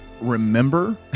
remember